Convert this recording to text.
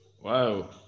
Wow